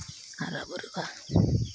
ᱦᱟᱨᱟ ᱵᱩᱨᱩᱜᱼᱟ